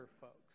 folks